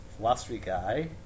philosophyguy